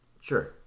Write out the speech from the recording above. sure